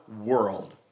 world